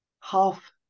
half